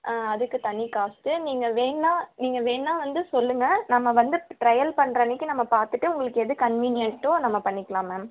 ஆ அதுக்கு தனி காஸ்ட்டு நீங்கள் வேண்ணால் நீங்கள் வேண்ணால் வந்து சொல்லுங்க நம்ம வந்து ட்ரெயல் பண்ணுற அன்றைக்கி நம்ம பார்த்துட்டு உங்களுக்கு எது கன்வீனியன்ட்டோ நம்ம பண்ணிக்கலாம் மேம்